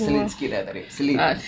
selit sikit lah tak ada selit